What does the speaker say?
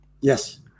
Yes